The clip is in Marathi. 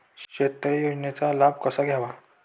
शेततळे योजनेचा लाभ कसा घ्यावा?